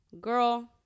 girl